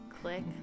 click